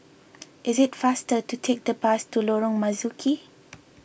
it is faster to take the bus to Lorong Marzuki